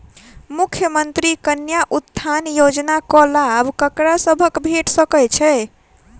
मुख्यमंत्री कन्या उत्थान योजना कऽ लाभ ककरा सभक भेट सकय छई?